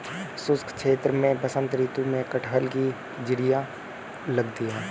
शुष्क क्षेत्र में बसंत ऋतु में कटहल की जिरीयां लगती है